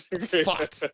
Fuck